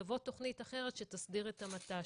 תבוא תכנית אחרת שתסדיר את המת"ש,